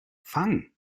fang